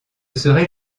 serait